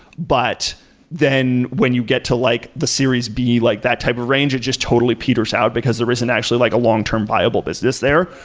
but then when you get to like the series b, like that type of range, it just totally peters out because there isn't actually like a long-term viable business there.